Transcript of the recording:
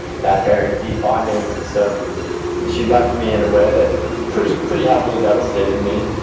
that very deep bonding, and so she left me in a way that pretty pretty heavily devastated me.